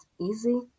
easy